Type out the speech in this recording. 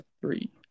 Three